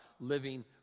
living